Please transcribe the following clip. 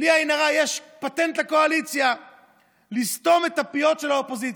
בלי עין הרע יש פטנט לקואליציה לסתום את הפיות של האופוזיציה.